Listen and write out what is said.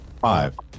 Five